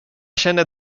känner